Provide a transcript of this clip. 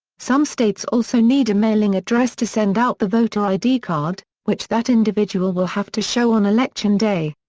some states also need a mailing address to send out the voter id card, which that individual will have to show on election day.